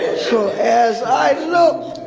so as i looked,